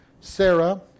Sarah